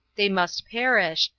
they must perish,